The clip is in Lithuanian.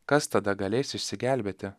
kas tada galės išsigelbėti